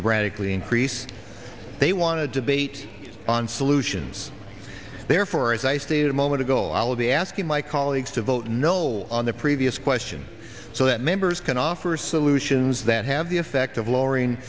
drastically increase they want to debate on solutions therefore as i stated a moment ago i will be asking my colleagues to vote no on the previous question so that members can offer solutions that have the effect of lowering